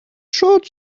short